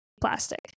plastic